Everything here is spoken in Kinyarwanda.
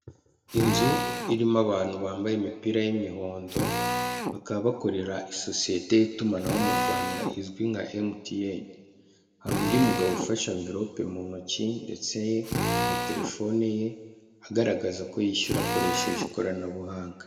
Inzu irimo abantu bambaye imipira y'imihondo bakaba bakorera isosiyete y'itumanaho mu Rwanda izwi nka emutiyene, hari undi mugabo ufasha amvirope mu ntoki ndetse na telefone ye agaragaza ko yishyura akoresheje ikoranabuhanga.